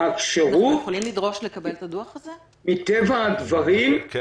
הכשירות מטבע הדברים --- למי